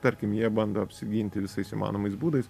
tarkim jie bando apsiginti visais įmanomais būdais